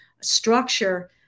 structure